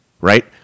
Right